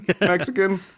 Mexican